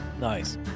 nice